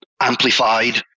amplified